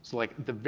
so like the,